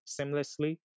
seamlessly